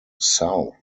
south